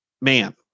man